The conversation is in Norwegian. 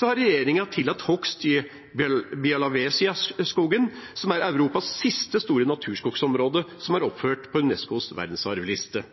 har regjeringen tillatt hogst i Bialowieza-skogen, som er Europas siste store naturskogområde, og som er oppført på UNESCOs verdensarvliste.